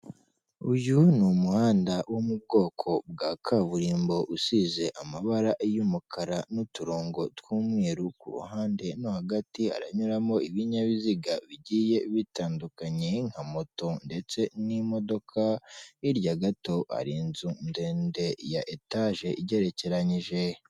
Uyu ni umuhanda wo mu bwoko bwa kaburimbo, usize amabara y'umukara n'uturongo tw'umweru ku ruhande no hagati, haranyuramo ibinyabiziga bigiye bitandukanye, nka moto ndetse n'imodoka, hirya gato ari inzu ndende ya etaje, igerekeranyije.